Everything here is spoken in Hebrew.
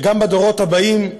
שגם בדורות הבאים,